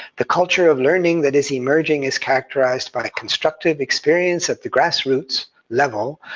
the culture of learning that is emerging is characterized by a constructive experience at the grassroots level,